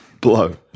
BLOW